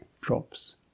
drops